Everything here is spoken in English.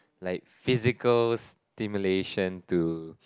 like physical stimulation to